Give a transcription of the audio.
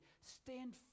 Stand